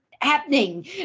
happening